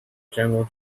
jungle